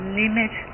limit